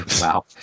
Wow